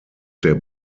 der